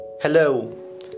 Hello